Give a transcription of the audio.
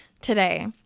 today